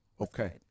okay